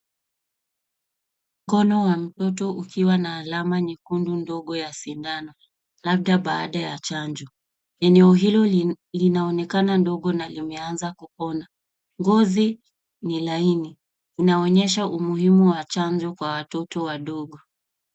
Mkono wa mtoto ukiwa na alama nyekundu ndogo ya sindano labda baada ya chanjo. Eneo hilo linaonekana ndogo na limeanza kupona. Ngozi ni laini, inaonyesha umuhimu wa chanjo kwa watoto wadogo.